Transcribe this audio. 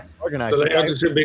organized